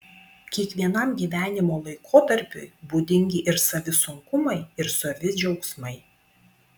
kiekvienam gyvenimo laikotarpiui būdingi ir savi sunkumai ir savi džiaugsmai